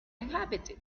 inhabited